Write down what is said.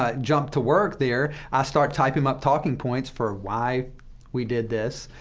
ah jump to work there. i start typing up talking points for why we did this.